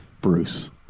Bruce